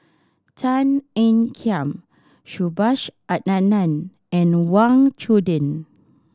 Tan Ean Kiam Subhas Anandan and Wang Chunde